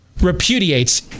repudiates